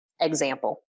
example